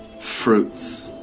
fruits